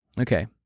Okay